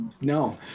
no